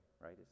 right